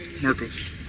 Marcos